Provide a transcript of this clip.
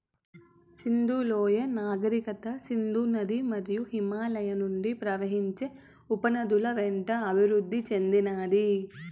సింధు లోయ నాగరికత సింధు నది మరియు హిమాలయాల నుండి ప్రవహించే ఉపనదుల వెంట అభివృద్ది చెందినాది